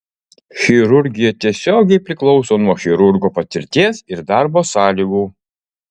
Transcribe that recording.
chirurgija tiesiogiai priklauso nuo chirurgo patirties ir darbo sąlygų